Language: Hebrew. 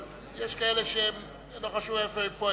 אבל יש כאלה שלא חשוב איפה הם פה,